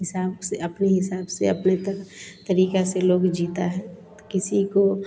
हिसाब से अपने हिसाब से अपने तक तरीका से लोग जीता है तो किसी को